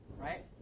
right